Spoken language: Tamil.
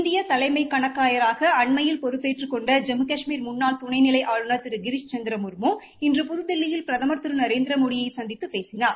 இந்திய தலைமைக் கணக்காயராக அண்மையில் பொறுப்பேற்றக் கொண்ட ஜம்மு கஷ்மீர் முன்னாள் தணை நிலை ஆளுநர் திரு கிரிஷ் சந்திர முர்மு இன்று புதுதல்லியில் பிரதமர் திரு நரேந்திரமோடி சந்தித்து பேசினார்